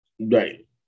Right